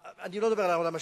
אני לא מדבר על העולם השלישי.